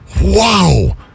Wow